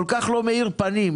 כל כך לא מאיר פנים?